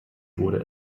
wurde